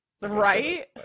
Right